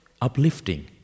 uplifting